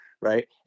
Right